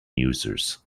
users